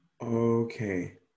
Okay